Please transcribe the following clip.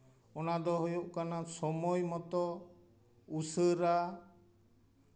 ᱚᱱᱟ ᱫᱚ ᱦᱩᱭᱩᱜ ᱠᱟᱱᱟ ᱥᱚᱢᱚᱭ ᱢᱚᱛᱳ ᱩᱥᱟᱹᱨᱟ